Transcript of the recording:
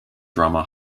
drama